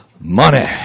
money